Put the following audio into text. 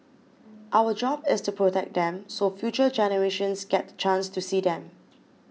our job is to protect them so future generations get the chance to see them